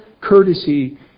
courtesy